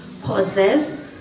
possess